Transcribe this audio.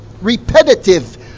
repetitive